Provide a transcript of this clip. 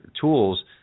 tools